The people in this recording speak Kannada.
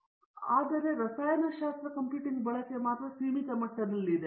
ವಿಶ್ವನಾಥನ್ ಇದು ಅವರಲ್ಲಿ ಒಂದಾಗಿದೆ ಆದರೆ ರಸಾಯನಶಾಸ್ತ್ರ ಕಂಪ್ಯೂಟಿಂಗ್ ಬಳಕೆ ಸೀಮಿತ ಮಟ್ಟಕ್ಕೆ ಮಾತ್ರ ಅದು ಸುಧಾರಿಸಬೇಕು